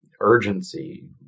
urgency